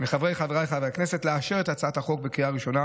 מחבריי חברי הכנסת לאשר את הצעת החוק בקריאה ראשונה,